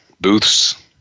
booths